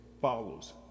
follows